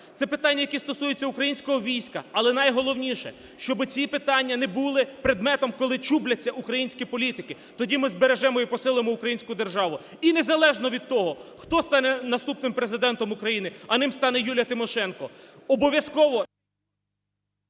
Це питання, які стосуються українського війська. Але найголовніше, щоби ці питання не були предметом, коли чубляться українські політики, тоді ми збережемо і посилимо українську державу. І незалежно від того, хто стане наступним Президентом України, а ним стане Юлія Тимошенко,